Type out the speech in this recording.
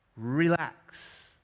relax